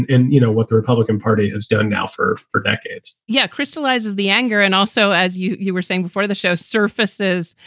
and and you know what the republican party has done now for four decades yeah. crystallizes the anger. and also, as you you were saying before, the show surfaces,